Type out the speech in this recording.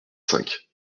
cinq